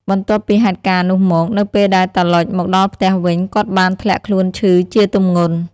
បន្ទាប់ពីហេតុការណ៍នោះមក នៅពេលដែលតាឡុចមកដល់ផ្ទះវិញ គាត់បានធ្លាក់ខ្លួនឈឺជាទម្ងន់។